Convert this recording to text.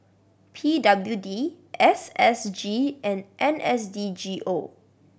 P W D S S G and N S D G O